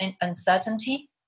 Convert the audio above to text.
uncertainty